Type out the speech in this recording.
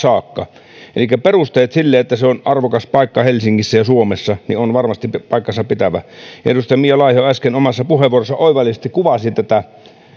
saakka elikkä perusteet sille että se on arvokas paikka helsingissä ja suomessa ovat varmasti paikkansa pitävät edustaja mia laiho äsken omassa puheenvuorossaan oivallisesti kuvasi tätä